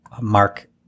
Mark